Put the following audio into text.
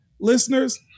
listeners